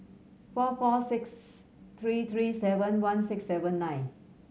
four four six three three seven one six seven nine